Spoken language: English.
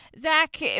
Zach